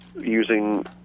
using